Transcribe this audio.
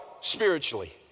spiritually